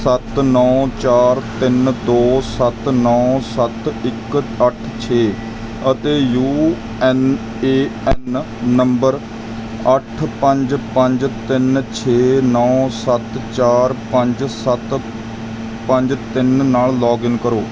ਸੱਤ ਨੌਂ ਚਾਰ ਤਿੰਨ ਦੋ ਸੱਤ ਨੌਂ ਸੱਤ ਇੱਕ ਅੱਠ ਛੇ ਅਤੇ ਯੂ ਐੱਨ ਏ ਐੱਨ ਨੰਬਰ ਅੱਠ ਪੰਜ ਪੰਜ ਤਿੰਨ ਛੇ ਨੌਂ ਸੱਤ ਚਾਰ ਪੰਜ ਸੱਤ ਪੰਜ ਤਿੰਨ ਨਾਲ ਲੋਗਇੰਨ ਕਰੋ